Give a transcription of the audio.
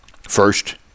first